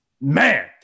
man